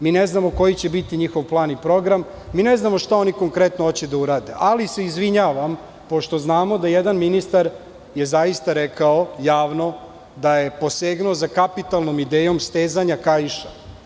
Mi ne znamo koji će biti njihov plan i program i ne znamo šta oni konkretno hoće da urade, ali se izvinjavam pošto znamo da jedan ministar je zaista rekao javno da je posegnuo za kapitalnom idejom stezanja kaiša.